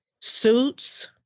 suits